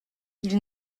ils